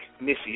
Missy